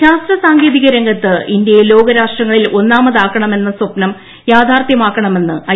O ശാസ്ത്ര സാങ്കേതിക രംഗത്ത് ഇന്ത്യയെ ലോക രാഷ്ട്രങ്ങളിൽ ഒന്നാമതാക്കണമെന്ന സ്വപ്നം യാഥാർത്ഥ്യമാക്കണമെന്ന് ഐ